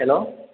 hello